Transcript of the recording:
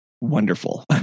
wonderful